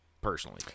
personally